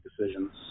decisions